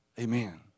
Amen